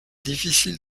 difficile